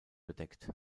bedeckt